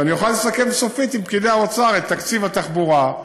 שאני אוכל לסכם סופית עם פקידי האוצר את תקציב התחבורה.